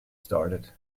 started